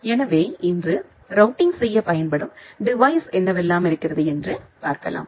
எனவே இன்று ரூட்டிங் செய்ய பயன்படும் டிவைஸ் என்னவெல்லாம் இருக்கிறது என்று பார்க்கலாம்